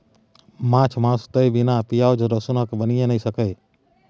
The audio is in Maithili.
माछ मासु तए बिना पिओज रसुनक बनिए नहि सकैए